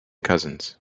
cousins